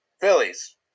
Phillies